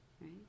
right